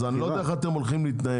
אז אני לא יודע איך אתם הולכים להתנהג.